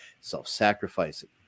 self-sacrificing